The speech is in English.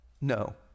No